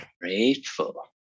Grateful